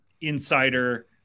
insider